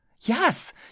Yes